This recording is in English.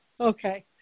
Okay